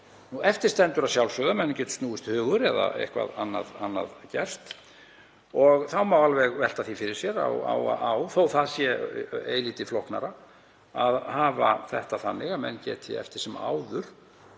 Eftir stendur að sjálfsögðu að mönnum geti snúist hugur eða eitthvað annað gerst og þá má alveg velta því fyrir sér, þótt það sé eilítið flóknara, á að hafa þetta þannig að menn geti eftir sem áður,